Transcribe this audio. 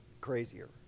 crazier